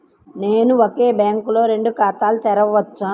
నేను ఒకే బ్యాంకులో రెండు ఖాతాలు తెరవవచ్చా?